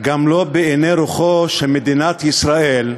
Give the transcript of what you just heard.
גם לא בעיני רוחו, שמדינת ישראל,